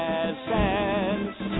essence